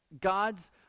God's